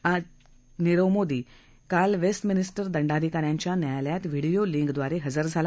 काल Nirav Modi Westminster दंडाधिकारा यांच्या न्यायालयात व्हिडीओ लिंकद्वारे हजर झाला